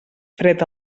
fred